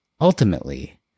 ultimately